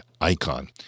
icon